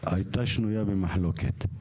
הייתה שנויה במחלוקת.